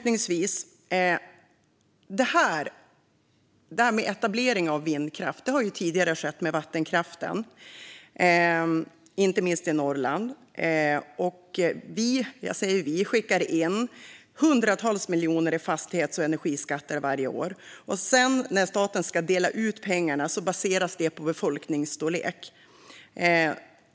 När det gäller etablering av vindkraft har samma sak skett tidigare med vattenkraften, inte minst i Norrland. Vi - jag säger "vi" - skickar in hundratals miljoner i fastighets och energiskatter varje år, och när staten sedan ska dela ut pengarna baseras det på befolkningsstorlek.